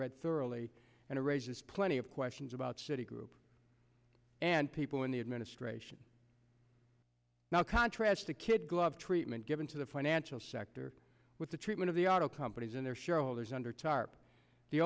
read thoroughly and it raises plenty of questions about citi group and people in the administration now contrast the kid glove treatment given to the financial sector with the treatment of the auto companies and their shareholders under tarp the